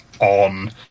on